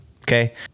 Okay